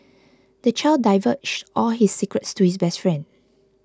the child divulged all his secrets to his best friend